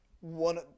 One